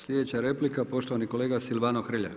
Slijedeća replika poštovani kolega Silvano Hrelja.